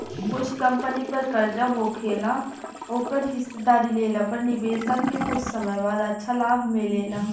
कुछ कंपनी पर कर्जा होखेला ओकर हिस्सेदारी लेला पर निवेशक के कुछ समय बाद अच्छा लाभ मिलेला